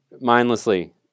mindlessly